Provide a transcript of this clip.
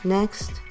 Next